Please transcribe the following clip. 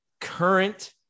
current